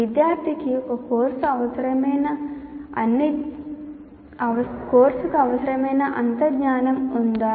విద్యార్థికి ఒక కోర్సుకు అవసరమైన అన్ని జ్ఞానం ఉందా